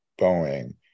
Boeing